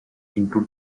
into